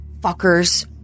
fuckers